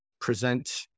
present